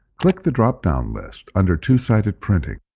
click the dropdown list under two-sided printing.